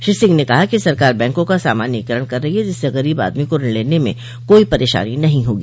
श्री सिंह ने कहा कि सरकार बकों का सामान्यीकरण कर रही है जिससे गरीब आदमी को ऋण लेने में कोई परेशानी नहीं होगी